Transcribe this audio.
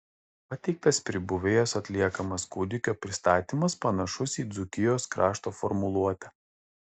pateiktas pribuvėjos atliekamas kūdikio pristatymas panašus į dzūkijos krašto formuluotę